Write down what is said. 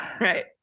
Right